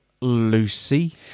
lucy